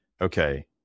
okay